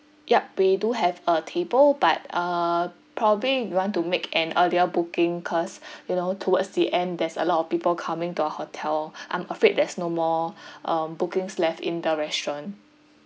yup we do have a table but uh probably you want to make an earlier booking cause you know towards the end there's a lot of people coming to our hotel I'm afraid there's no more um bookings left in the restaurant